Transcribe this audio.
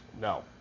No